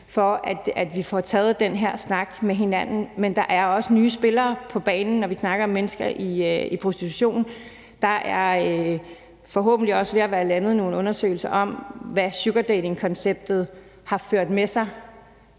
for, at vi får taget den her snak med hinanden. Men der er, når vi snakker om mennesker i prostitution, også nye spillere på banen, og der er forhåbentlig også ved at være landet nogle undersøgelser om, hvad sugardatingkonceptet har ført med sig,